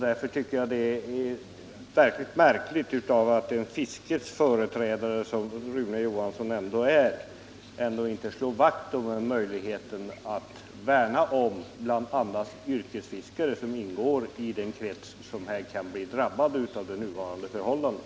Därför tycker jag att det är märkligt att en fiskets företrädare, vilket Rune Johnsson ändå är, inte slår vakt om möjligheten att värna om bl.a. de yrkesfiskare som ingår i den krets som här kan bli drabbade av nuvarande förhållanden.